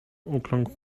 ukląkł